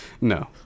No